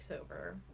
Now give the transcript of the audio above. over